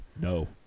No